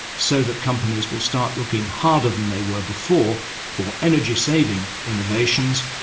so that companies will start looking harder than they were before for energy saving innovations,